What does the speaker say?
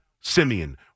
Simeon